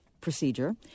procedure